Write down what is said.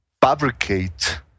fabricate